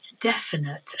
definite